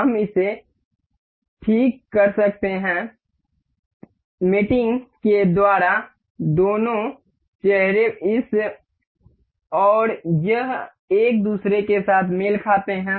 हम इसे ठीक कर सकते हैं मेटिंग के द्वारा दोनों चेहरे इस और यह एक दूसरे के साथ मेल खाते हैं